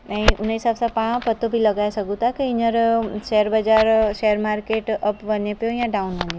ऐं हुन जे हिसाबु सां तव्हां पतो बि लॻाए सघो था की हींअर शेयर बज़ारि शेयर मार्केट अप वञे पियो या डाउन वञे पियो